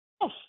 Yes